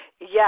Yes